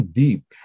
deep